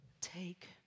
take